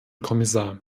kommissar